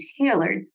tailored